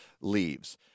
leaves